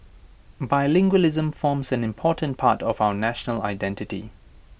bilingualism forms an important part of our national identity